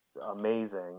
amazing